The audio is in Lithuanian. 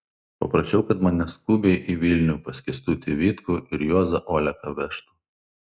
paprašiau kad mane skubiai į vilnių pas kęstutį vitkų ir juozą oleką vežtų